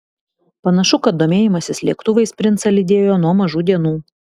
panašu kad domėjimasis lėktuvais princą lydėjo nuo mažų dienų